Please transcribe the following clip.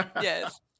Yes